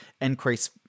increase